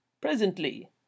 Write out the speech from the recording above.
presently